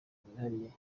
bwihariye